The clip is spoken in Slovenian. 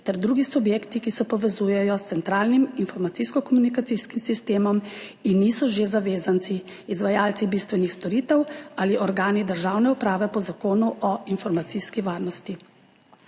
ter drugi subjekti, ki se povezujejo s centralnim informacijsko-komunikacijskim sistemom in niso že zavezanci, izvajalci bistvenih storitev ali organi državne uprave po Zakonu o informacijski varnosti.